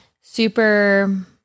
Super